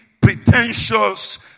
pretentious